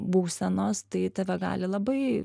būsenos tai tave gali labai